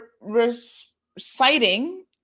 reciting